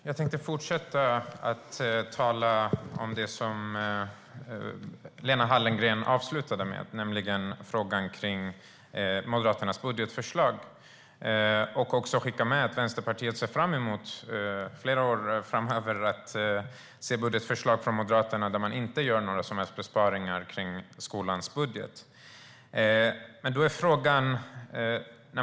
Herr talman! Jag tänkte ta vid där Lena Hallengren slutade och fortsätta tala om Moderaternas budgetförslag. Jag vill också skicka med att Vänsterpartiet ser fram emot att under flera år framöver få se budgetförslag från Moderaterna där man inte gör några som helst besparingar på skolans budget.